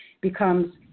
becomes